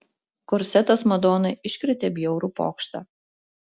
korsetas madonai iškrėtė bjaurų pokštą